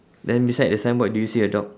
then beside the signboard do you see a dog